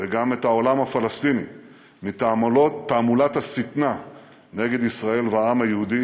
וגם את העולם הפלסטיני מתעמולת השטנה נגד ישראל והעם היהודי.